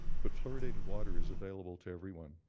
but fluoridated water is available to everyone.